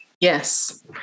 Yes